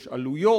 יש עלויות.